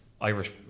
Irish